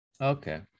Okay